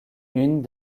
une